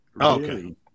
okay